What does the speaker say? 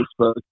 Facebook